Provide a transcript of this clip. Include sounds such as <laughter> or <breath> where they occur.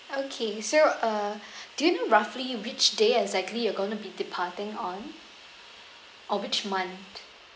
okay so uh <breath> do you know roughly which day exactly you're going to be departing on or which month